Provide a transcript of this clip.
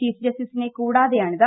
chief ജസ്റ്റിസിനെ കൂടാതെയാണിത്